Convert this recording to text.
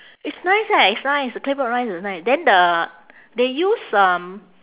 it's nice eh it's nice claypot rice is nice then the they use um